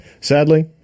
Sadly